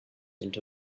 into